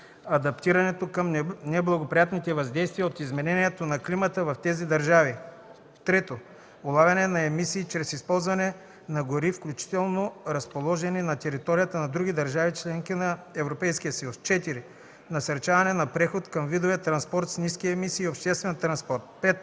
адаптирането към неблагоприятните въздействия от изменението на климата в тези държави; 3. улавяне на емисии чрез използване на гори, включително разположени на територията на други държави - членки на ЕС; 4. насърчаване на преход към видове транспорт с ниски емисии и обществен транспорт; 5.